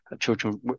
children